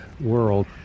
world